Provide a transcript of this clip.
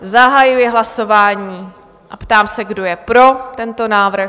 Zahajuji hlasování a ptám se, kdo je pro tento návrh?